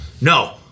No